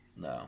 No